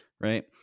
right